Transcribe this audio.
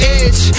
edge